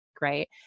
right